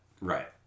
Right